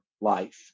life